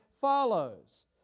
follows